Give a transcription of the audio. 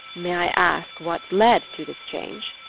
may i ask what led to this change?